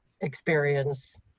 experience